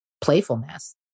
playfulness